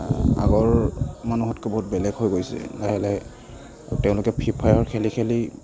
আগৰ মানুহতকৈ বহুত বেলেগ হৈ গৈছে লাহে লাহে তেওঁলোকে ফ্ৰী ফায়াৰ খেলি খেলি